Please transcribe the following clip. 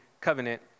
covenant